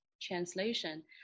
translation